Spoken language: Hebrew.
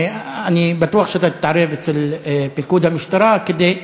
אני בטוח שאתה תתערב אצל פיקוד המשטרה, כדי,